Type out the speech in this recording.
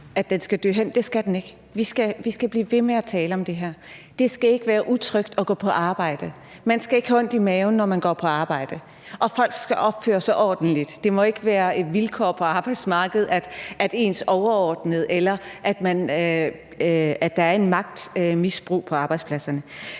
at den skal dø hen; det skal den ikke. Vi skal blive ved med at tale om det her. Det skal ikke være utrygt at gå på arbejde. Man skal ikke have ondt i maven, når man går på arbejde. Og folk skal opføre sig ordentligt – det må ikke være et vilkår på arbejdsmarkedet, at ens overordnede gør noget, eller at der finder et magtmisbrug sted på arbejdspladserne.